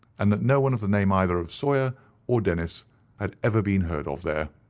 and that no one of the name either of sawyer or dennis had ever been heard of there.